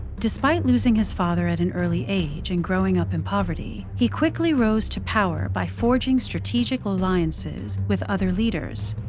despite losing his father at an early age and growing up in poverty, he quickly rose to power by forging strategic alliances with other leaders.